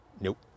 nope